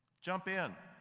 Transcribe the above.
jump in.